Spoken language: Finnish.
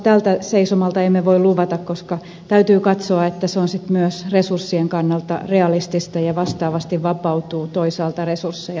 tältä seisomalta emme voi luvata koska täytyy katsoa että se on sitten myös resurssien kannalta realistista ja vastaavasti toisaalta vapautuu resursseja